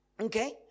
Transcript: Okay